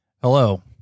Hello